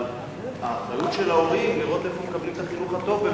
אבל האחריות של ההורים לראות איפה מקבלים את החינוך הטוב,